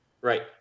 right